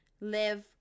live